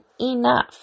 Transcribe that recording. enough